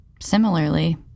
similarly